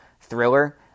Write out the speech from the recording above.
thriller